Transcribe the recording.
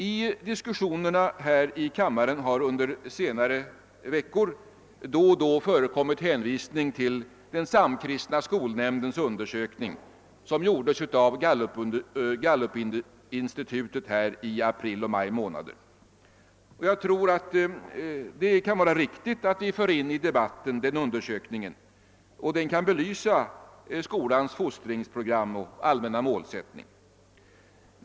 I diskussionerna här i kammaren har under de senaste veckorna då och då förekommit hänvisning till den samkristna skolnämndens undersökning, som gjordes av Gallupinstitutet här i april och maj månader. Jag tror att det kan vara riktigt att vi även i debatten inför denna undersökning. Den kan belysa skolans fostringsprogram och allmänna målsättning.